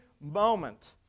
moment